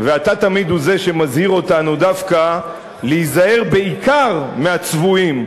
ואתה תמיד הוא זה שמזהיר אותנו דווקא להיזהר בעיקר מהצבועים.